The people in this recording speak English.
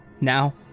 Now